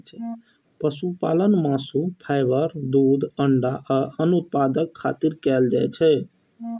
पशुपालन मासु, फाइबर, दूध, अंडा आ आन उत्पादक खातिर कैल जाइ छै